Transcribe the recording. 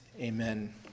Amen